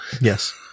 Yes